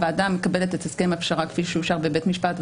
הוועדה מקבלת את הסכם הפשרה כפי שאושר בבית משפט,